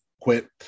quit